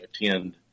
attend